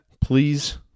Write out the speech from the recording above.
please